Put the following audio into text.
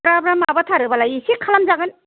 ब्रा ब्रा माबाथारोबालाय एसे खालाम जागोन